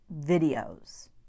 videos